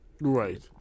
Right